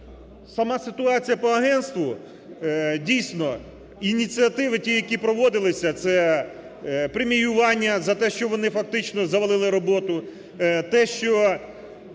сама ситуація по агентству, дійсно ініціативи ті, які проводилися, це преміювання за те, що вони фактично завалили роботу. Те, що